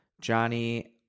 Johnny